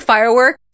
Firework